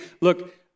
look